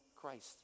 Christ